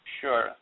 Sure